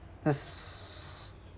that's